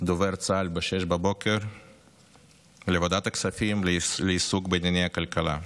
דובר צה"ל ב-6:00 לוועדת הכספים לעיסוק בענייני הכלכלה.